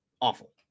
Awful